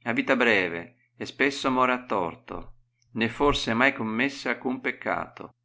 ila vita breve o spesso more a torto ne torse mai commesse alcun peccato